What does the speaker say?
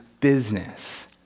business